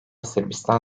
sırbistan